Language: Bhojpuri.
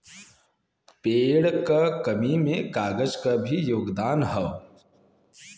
पेड़ क कमी में कागज क भी योगदान हौ